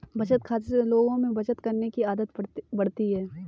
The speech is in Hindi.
बचत खाते से लोगों में बचत करने की आदत बढ़ती है